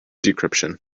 decryption